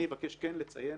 אני אבקש לציין